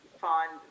find